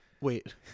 Wait